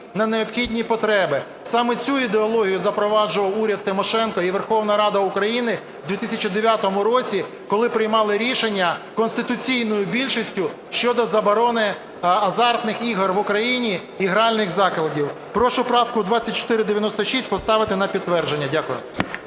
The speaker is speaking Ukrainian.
на необхідні потреби. Саме цю ідеологію запроваджував уряд Тимошенко і Верховна Рада України у 2009 році, коли приймали рішення конституційною більшістю щодо заборони азартних ігор в Україні і гральних закладів. Прошу правку 2496 поставити на підтвердження. Дякую.